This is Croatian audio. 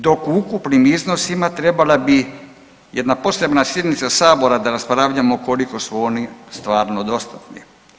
Dok u ukupnim iznosima, trebala bi jedna posebna sjednica Sabora da raspravljamo koliko su oni stvarno dostatni.